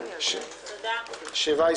הישיבה נעולה.